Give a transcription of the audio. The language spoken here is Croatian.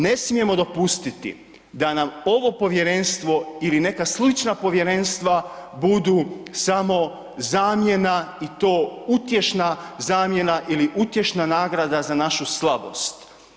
Ne smijemo dopustiti da nam ovo povjerenstvo ili neka slična povjerenstva budu samo zamjena i to utješna zamjena ili utješna nagrada za našu slabost.